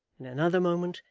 in another moment,